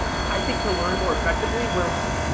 i think to learn more effectively. where,